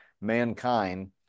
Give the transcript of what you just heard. mankind